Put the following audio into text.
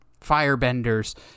firebenders